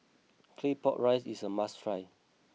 Claypot Rice is a must try